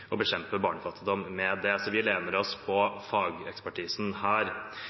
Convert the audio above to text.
og bekjempe barnefattigdommen, så vi lener oss på fagekspertisen her.